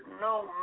no